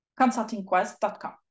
consultingquest.com